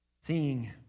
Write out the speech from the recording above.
Seeing